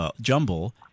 jumble